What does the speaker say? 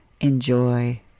Enjoy